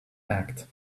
act